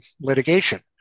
litigation